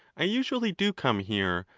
i usually do come here,